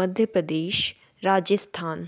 Madhya Pradesh Rajasthan